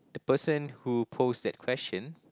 the person who pose that question